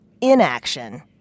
inaction